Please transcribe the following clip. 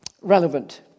relevant